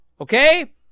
okay